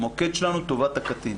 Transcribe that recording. המוקד שלנו הוא טובת הקטין.